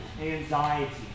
anxiety